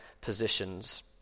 positions